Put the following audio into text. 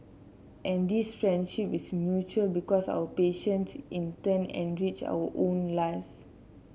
and this friendship is mutual because our patients in turn enrich our own lives